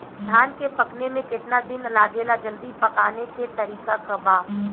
धान के पकने में केतना दिन लागेला जल्दी पकाने के तरीका बा?